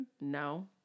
No